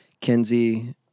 Kenzie